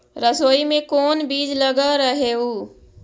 सरसोई मे कोन बीज लग रहेउ?